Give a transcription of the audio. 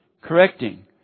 correcting